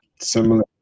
Similar